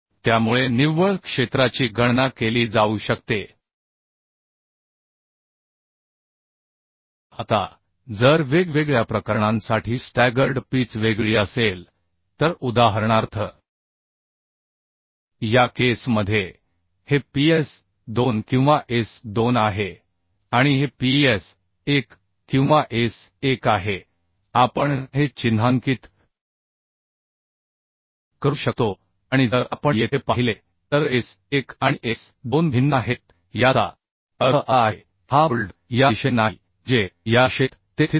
त्यामुळे निव्वळ क्षेत्राची गणना केली जाऊ शकते आता जर वेगवेगळ्या प्रकरणांसाठी स्टॅगर्ड पिच वेगळी असेल तर उदाहरणार्थ या केस मध्ये हे PS 2 किंवा S2 आहे आणि हे PS 1 किंवा S 1 आहे आपण हे चिन्हांकित करू शकतो आणि जर आपण येथे पाहिले तर S 1 आणि S 2 भिन्न आहेत याचा अर्थ असा आहे की हा बोल्ट या दिशेने नाही म्हणजे या रेषेत ते स्थित नाही